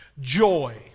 joy